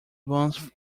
once